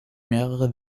mehrere